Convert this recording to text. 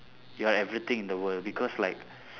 you are everything in the world because like